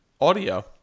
audio